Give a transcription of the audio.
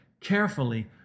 carefully